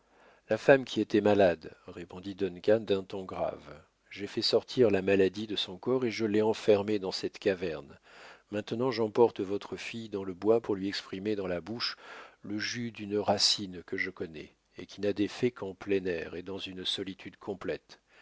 la femme qui était malade répondit duncan d'un ton grave j'ai fait sortir la maladie de son corps et je l'ai enfermée dans cette caverne maintenant j'emporte votre fille dans le bois pour lui exprimer dans la bouche le jus d'une racine que je connais et qui n'a d'effet qu'en plein air et dans une solitude complète